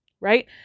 right